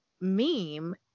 meme